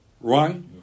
Right